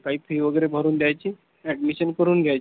काही फी वगैरे भरून द्यायची ऍडमिशन करून घ्यायची